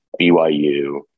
BYU